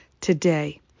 today